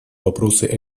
вопросы